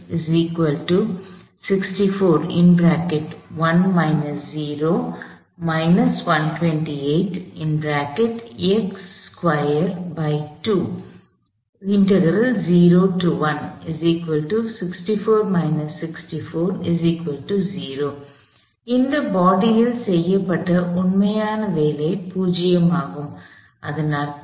எனவே இந்த பாடி ல் செய்யப்பட்ட உண்மையான வேலை 0 ஆகும் இதன் அர்த்தம்